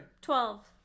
Twelve